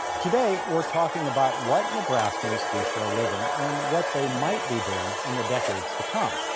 today we're talking about what nebraskans do for a living and what they might be doing in the decades to come.